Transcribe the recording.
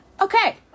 Okay